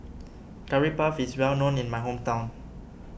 Curry Puff is well known in my hometown